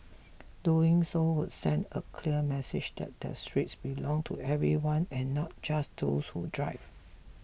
doing so would send a clear message that the streets belong to everyone and not just those who drive